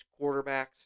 quarterbacks